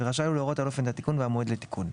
ורשאי הוא להורות על אופן התיקון והמועד לתיקון,